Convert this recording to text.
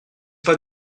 pas